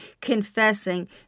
confessing